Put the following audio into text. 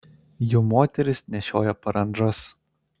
jų moterys nešioja parandžas